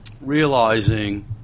realizing